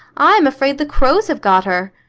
i am afraid the crows have got her.